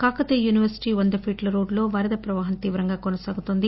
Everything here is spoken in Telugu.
కాకతీయ యూనివర్శిటీ వంద ఫీట్ల రోడ్లో వరద ప్రవాహం తీవ్రంగా కొనసాగుతుంది